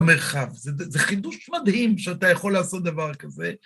מרחב, זה חידוש מדהים שאתה יכול לעשות דבר כזה.